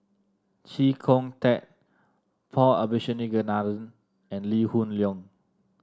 Chee Kong Tet Paul Abisheganaden and Lee Hoon Leong